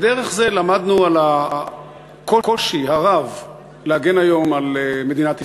דרך זה למדנו על הקושי הרב להגן היום על מדינת ישראל.